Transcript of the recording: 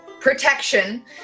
protection